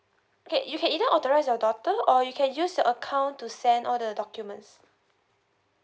okay you can either authorise your daughter or you can use your account to send all the documents